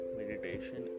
meditation